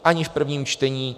Ani v prvním čtení.